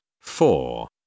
four